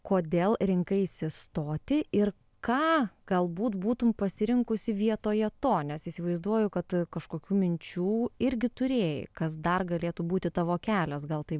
kodėl rinkaisi stoti ir ką galbūt būtum pasirinkusi vietoje to nes įsivaizduoju kad kažkokių minčių irgi turėjai kas dar galėtų būti tavo kelias gal tai